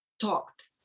talked